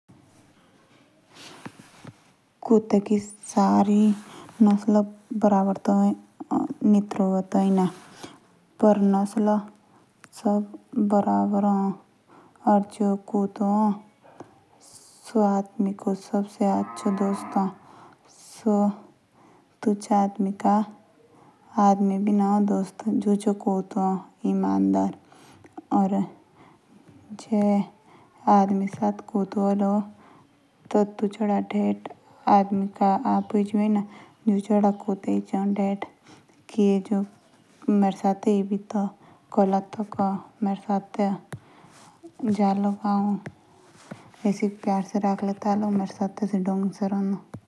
कुत्तो की सारी नसलो मित्रवत आइना। कुत्तो की नसलो सब बराबर ए कुत्तों आदमी को सबसे अच्छा दोस्त है। इच्छा अदामी भी ऐना दोस्त जोचो कुत्तो ए।